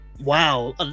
wow